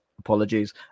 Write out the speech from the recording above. apologies